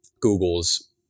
Google's